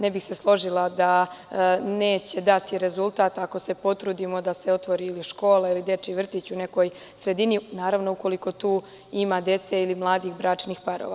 Ne bih se složila da neće dati rezultat ako se potrudimo da se otvori škola, ili dečji vrtić u nekoj sredini, naravno ukoliko tu ima dece ili mladih bračnih parova.